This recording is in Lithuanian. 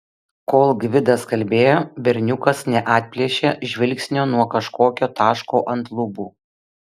kol gvidas kalbėjo berniukas neatplėšė žvilgsnio nuo kažkokio taško ant lubų